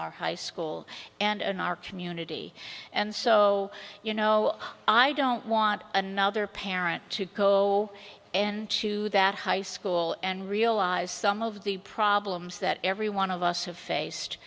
our high school and in our community and so you know i don't want another parent to go into that high school and realize some of the problems that every one of us have faced